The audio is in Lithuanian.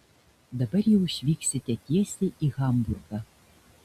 dabar jau išvyksite tiesiai į hamburgą